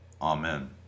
Amen